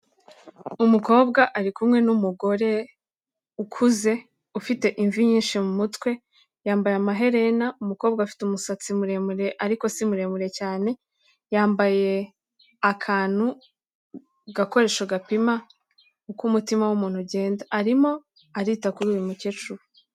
Umukobwa ari kumwe n'umugore ukuze ufite imvi nyinshi mu mutwe, yambaye amaherena umukobwa afite umusatsi muremure ariko si muremure cyane, yambaye akantu agakoresho gapima uko umutima w'umuntu ugenda, arimo arita kuri uyu mukecuru.